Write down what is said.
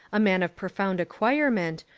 a man of profound acquirement,